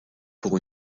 pour